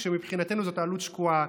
כשמבחינתנו זו עלות שקועה,